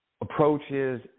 approaches